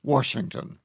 Washington